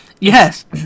Yes